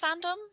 fandom